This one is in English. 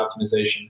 optimization